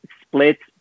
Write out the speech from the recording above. splits